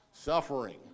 Suffering